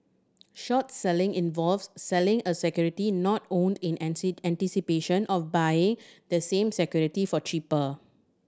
short selling involves selling a security not owned in anticipation of buying the same security for cheaper